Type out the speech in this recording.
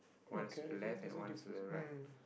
okay okay there's a difference mm